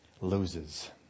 loses